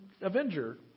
avenger